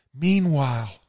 Meanwhile